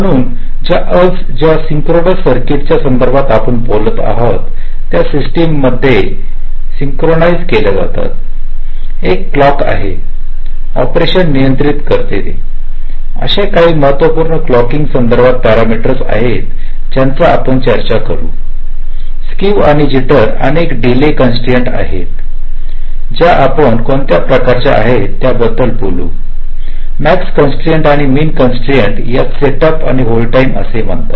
म्हणून ज्या synchronous circuits च्या संदर्भात आपण बोलत आहोत त्या सस्टीम ह्या मध्ये सिंक्रोनाइ केल्या आहेत एक क्लॉकआहे ऑपरेशन नियंत्रित करते तर अशी काही महत्त्वपूर्ण क्लाकिंगशी संदर्भात पॅरामीटर्स आहेत ज्यांची आपण चर्चा करू स्क्क्यू आणि जिटर अनेक डीले कॉन्स्ट्राईन्ट आहेत ज्या आपण कोणत्या प्रकारच्या आहेत त्याबद्दल बोलू मॅक्स कॉन्स्ट्राईन्ट आणि मीन कॉन्स्ट्राईन्ट यास सेटअप आणि होल्ड टाईम असे म्हणतात